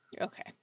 Okay